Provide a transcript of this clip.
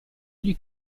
gli